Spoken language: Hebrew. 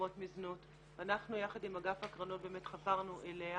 שמשתקמות מזנות ואנחנו יחד עם אגף הקרנות חברנו אליה